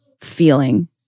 feeling